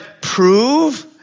prove